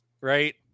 right